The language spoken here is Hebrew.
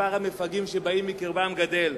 ומספר המפגעים שבאים מקרבם גדל.